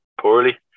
poorly